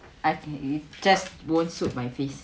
I think he just don't suit my face